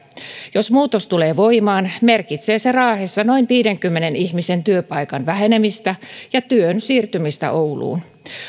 jos muutos tulee voimaan merkitsee se raahessa noin viidenkymmenen ihmisen työpaikan vähenemistä ja työn siirtymistä ouluun